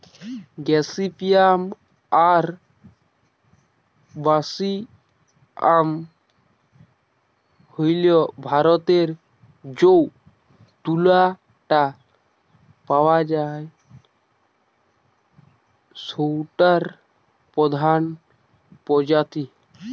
gossypium arboreum হইল ভারতরে যৌ তুলা টা পাওয়া যায় সৌটার প্রধান প্রজাতি